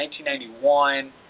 1991